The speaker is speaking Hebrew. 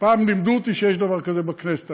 פעם לימדו אותי שיש דבר כזה בכנסת.